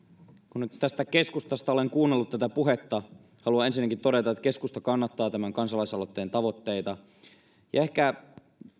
kun nyt tästä keskustasta olen kuunnellut tätä puhetta haluan ensinnäkin todeta että keskusta kannattaa tämän kansalaisaloitteen tavoitteita ja ehkä